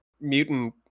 mutant